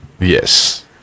Yes